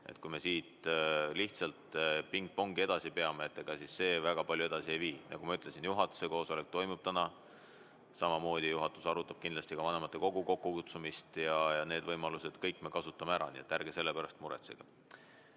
kui me siin lihtsalt pingpongi mängime, meid väga palju edasi ei vii. Nagu ma ütlesin, juhatuse koosolek toimub täna ja juhatus arutab kindlasti ka vanematekogu kokkukutsumist. Kõik need võimalused me kasutame ära, nii et ärge selle pärast muretsege.